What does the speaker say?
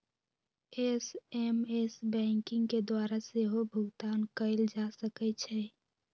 SMS banking के द्वारा सेहो भुगतान कएल जा सकै छै